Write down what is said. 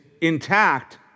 intact